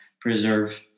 Preserve